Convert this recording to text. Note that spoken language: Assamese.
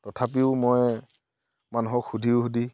তথাপিও মই মানুহক সুধি সুধি